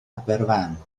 aberfan